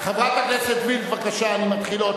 חברת הכנסת וילף, בבקשה, אני מתחיל עוד פעם.